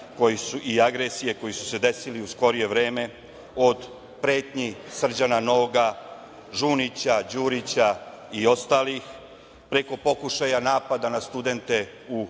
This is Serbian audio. i agresije koji su se desili u skorije vreme od pretnji Srđana Noga, Žunića, Đurića i ostalih, preko pokušaja napada na studente u